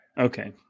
okay